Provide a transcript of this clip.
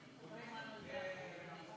ביקשת לדבר?